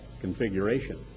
configuration